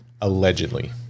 Allegedly